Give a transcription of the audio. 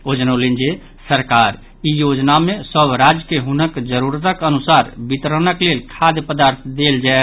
ओ जनौलनि जे सरकार ई योजना मे सभ राज्य के हुनक जरूरतक अनुसार वितरणक लेल खाद्य पदार्थ देल जाय